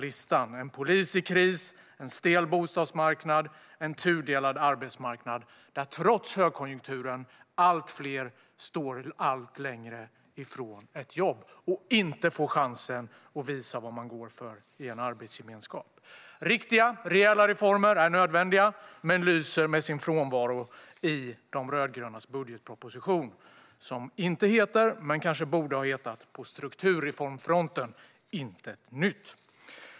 Polisen är i kris, vi har en stel bostadsmarknad och en tudelad arbetsmarknad där allt fler, trots högkonjunkturen, står allt längre från ett jobb och inte får chansen att visa vad de går för i en arbetsgemenskap. Riktiga, rejäla reformer är nödvändiga men lyser med sin frånvaro i de rödgrönas budgetproposition som inte heter På strukturreformfronten intet nytt men kanske borde ha hetat så.